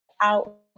out